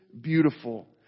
beautiful